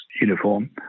uniform